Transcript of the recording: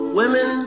women